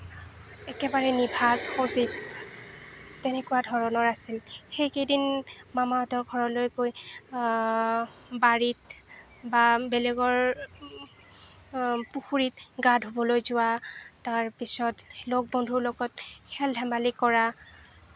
একেবাৰে নিভাঁজ সজীৱ তেনেকুৱা ধৰণৰ আছিল সেইকেইদিন মামাহঁতৰ ঘৰলৈ গৈ বাৰীত বা বেলেগৰ পুখুৰিত গা ধুবলৈ যোৱা তাৰপিছত লগ বন্ধুৰ লগত খেল ধেমালি কৰা